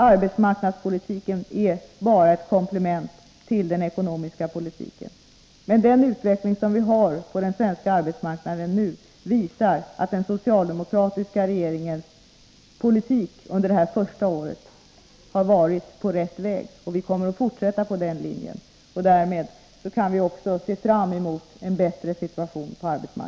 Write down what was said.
Arbetsmarknadspolitiken är bara ett komplement till den ekonomiska politiken. Men den utveckling som vi nu har på den svenska arbetsmarknaden visar att den socialdemokratiska regeringens politik under det här första året har lett in på rätt väg, och vi kommer att fortsätta den politiken. Därmed kan vi också se fram emot en bättre situation på arbetsmarknaden.